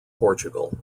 portugal